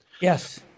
Yes